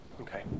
Okay